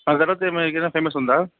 ఆ తర్వాత ఏమైనా ఇక్కడ ఫేమస్ ఉందా